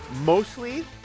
mostly